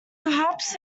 perhaps